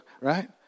right